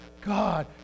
God